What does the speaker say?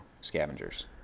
scavengers